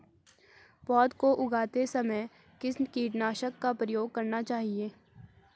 पौध को उगाते समय किस कीटनाशक का प्रयोग करना चाहिये?